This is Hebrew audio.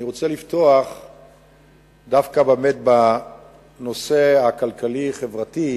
אני רוצה לפתוח דווקא, באמת, בנושא הכלכלי-חברתי,